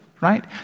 right